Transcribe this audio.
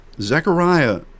Zechariah